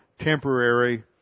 temporary